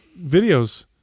videos